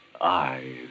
eyes